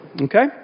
Okay